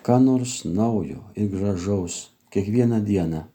ką nors naujo ir gražaus kiekvieną dieną